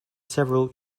several